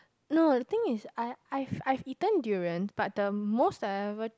no the thing is I I I eaten durian but the most I ever